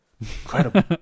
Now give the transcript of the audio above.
Incredible